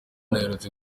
aherutse